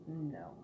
No